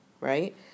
right